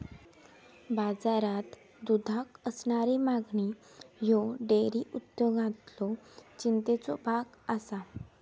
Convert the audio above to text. बाजारात दुधाक असणारी मागणी ह्यो डेअरी उद्योगातलो चिंतेचो भाग आसा